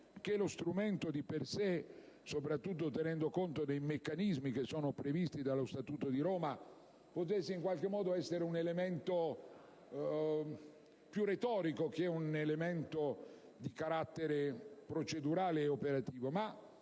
che lo strumento di per sé, soprattutto tenendo conto dei meccanismi previsti dallo Statuto di Roma, potesse essere un elemento retorico più che di carattere procedurale e operativo.